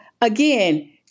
again